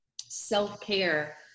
self-care